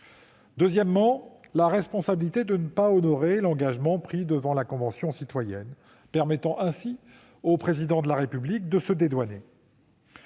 s'agit de la responsabilité de ne pas honorer l'engagement pris devant la Convention citoyenne pour le climat, permettant ainsi au Président de la République de s'en dédouaner.